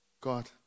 God